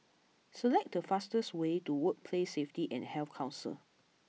select the fastest way to Workplace Safety and Health Council